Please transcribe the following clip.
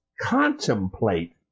contemplate